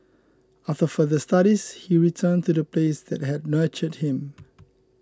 after further studies he returned to the place that had nurtured him